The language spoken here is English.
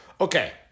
Okay